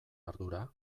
ardura